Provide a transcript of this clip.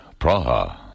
Praha